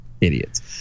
idiots